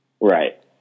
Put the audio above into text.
Right